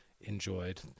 enjoyed